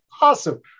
Awesome